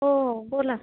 हो बोला